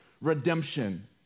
redemption